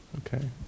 Okay